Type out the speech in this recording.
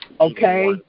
Okay